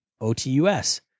O-T-U-S